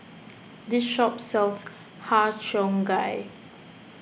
this shop sells Har Cheong Gai